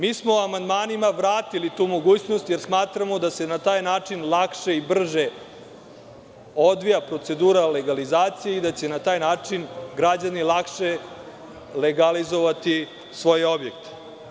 Mi smo amandmanima vratili tu mogućnost jer smatramo da se na taj način lakše i brže odvija procedura legalizacije i da će na taj način građani lakše legalizovati svoje objekte.